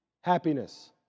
Happiness